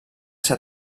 ser